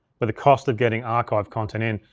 but the cost of getting archive content in.